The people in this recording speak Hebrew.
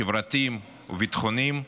חברתיים וביטחוניים,